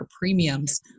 premiums